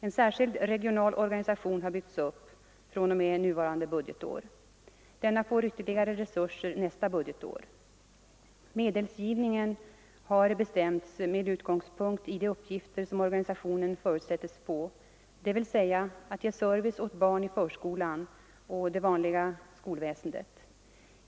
En särskild regional organisation har byggts upp fr.o.m. nuvarande budgetår. Denna får ytterligare resurser nästa budgetår. Medelsgivningen har bestämts med utgångspunkt i de uppgifter som organisationen förutsatts få, dvs. att ge service åt barn Nr 77 i förskolan och det vanliga skolväsendet.